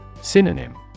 Synonym